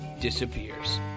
disappears